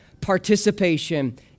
participation